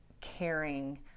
caring